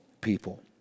people